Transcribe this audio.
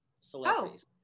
celebrities